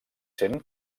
sent